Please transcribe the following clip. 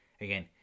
Again